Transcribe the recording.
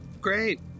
Great